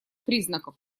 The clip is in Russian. признаков